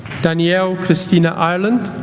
danielle christina ireland